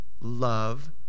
love